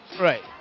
Right